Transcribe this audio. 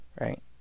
right